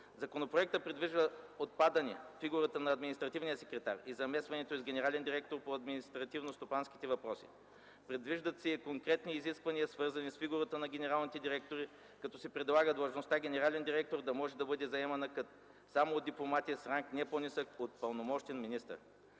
Законопроектът предвижда отпадане фигурата на административния секретар и заместването й с генерален директор по административно-стопанските въпроси. Предвиждат се и конкретни изисквания, свързани с фигурата на генералните директори, като се предлага длъжността генерален директор да може да бъде заемана само от дипломати с ранг не по-нисък от „пълномощен министър”.